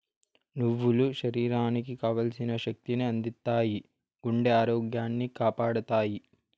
నువ్వులు శరీరానికి కావల్సిన శక్తి ని అందిత్తాయి, గుండె ఆరోగ్యాన్ని కాపాడతాయి